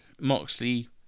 Moxley